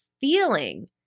feeling